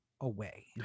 away